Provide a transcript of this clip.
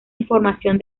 información